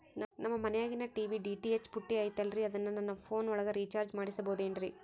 ನಮ್ಮ ಮನಿಯಾಗಿನ TV DTH ಪುಟ್ಟಿ ಐತಲ್ರೇ ಅದನ್ನ ನನ್ನ ಪೋನ್ ಒಳಗ ರೇಚಾರ್ಜ ಮಾಡಸಿಬಹುದೇನ್ರಿ?